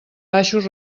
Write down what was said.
baixos